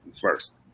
first